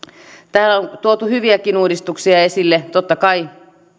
täällä on tuotu hyviäkin uudistuksia esille totta kai